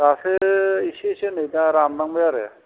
दासो एसे एसे नै दा रानलांबाय आरो